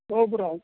ਬਹੁਤ ਬੁਰਾ ਹਾਲ